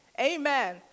Amen